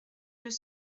deux